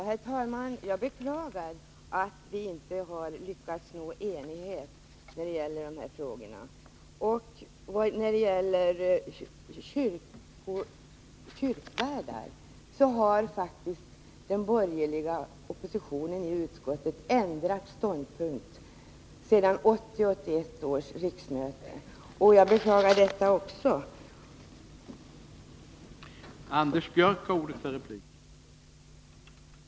Herr talman! Jag beklagar att vi inte har lyckats nå enighet i dessa frågor. När det gäller frågan om kyrkvärdarna vill jag säga att den borgerliga oppositionen i utskottet faktiskt har ändrat ståndpunkt sedan 1980/81 års riksmöte. Jag beklagar också detta.